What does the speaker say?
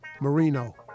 Marino